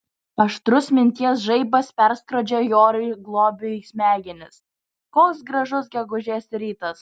aštrus minties žaibas perskrodžia joriui globiui smegenis koks gražus gegužės rytas